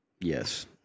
Yes